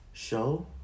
Show